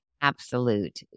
absolute